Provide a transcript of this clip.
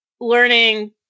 learning